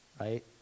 Right